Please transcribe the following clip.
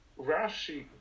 Rashi